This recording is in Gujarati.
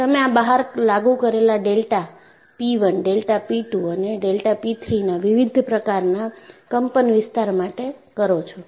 તમે આ ભાર લાગુ કરેલા ડેલ્ટા P1 ડેલ્ટા P2 અને ડેલ્ટા P3 ના વિવિધ પ્રકારના કંપનવિસ્તાર માટે કરો છો